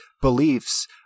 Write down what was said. beliefs